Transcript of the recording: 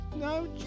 No